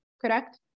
correct